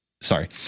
sorry